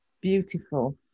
beautiful